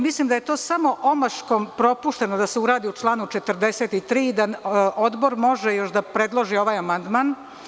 Mislim da je to samo omaškom propušteno da se uradi u članu 43. da odbor može još da predloži ovaj amandman.